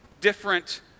different